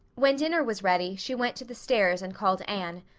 when dinner was ready she went to the stairs and called anne.